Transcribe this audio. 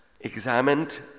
Examined